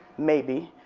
maybe,